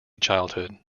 childhood